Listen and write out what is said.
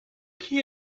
key